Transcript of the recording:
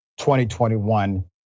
2021